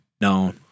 No